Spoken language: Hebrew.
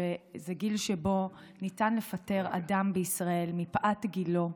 שזה גיל שבו ניתן לפטר אדם בישראל מפאת גילו,